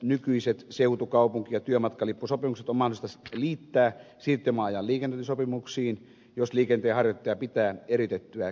nykyiset seutu kaupunki ja työmatkalippusopimukset on mahdollista liittää siirtymäajan liikennöintisopimuksiin jos liikenteenharjoittaja pitää eriytettyä kirjanpitoa